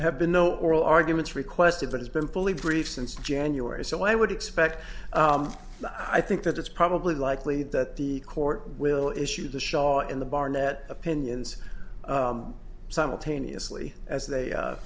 have been no oral arguments requested but it's been fully briefed since january so i would expect i think that it's probably likely that the court will issue the shaw in the barnett opinions simultaneously as they